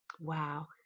Wow